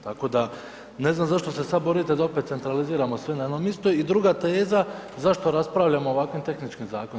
Tako da ne znam zašto se sad borite da opet centraliziramo sve na jedno mjesto, i druga teza zašto raspravljamo o ovakvim tehničkim zakonima.